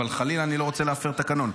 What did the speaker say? אבל חלילה אני לא רוצה להפר תקנון.